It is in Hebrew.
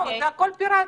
הכול פיראטי.